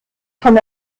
schon